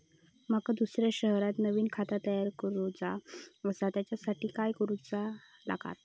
माका दुसऱ्या शहरात नवीन खाता तयार करूचा असा त्याच्यासाठी काय काय करू चा लागात?